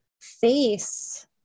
face